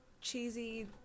cheesy